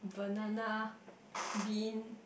banana bean